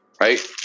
right